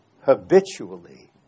habitually